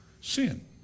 sin